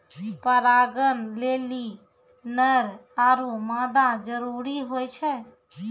परागण लेलि नर आरु मादा जरूरी होय छै